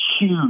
huge